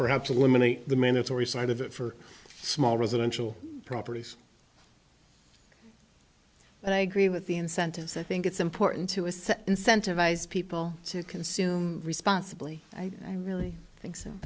perhaps a woman and the mandatory side of it for small residential properties but i agree with the incentives i think it's important to assess incentivize people to consume responsibly i really think so